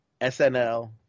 SNL